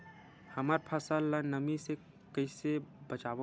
हमर फसल ल नमी से क ई से बचाबो?